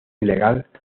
ilegal